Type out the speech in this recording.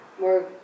more